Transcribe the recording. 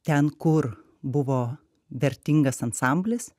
ten kur buvo vertingas ansamblis